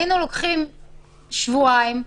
היינו בודקים את כולם תוך שבועיים,